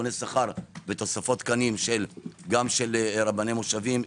עדכוני שכר ותוספות תקנים גם של רבני מושבים,